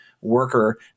worker